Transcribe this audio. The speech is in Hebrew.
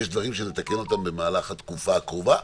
ויש דברים שנתקן אותם במהלך התקופה הקרובה,